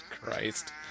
Christ